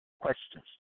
Questions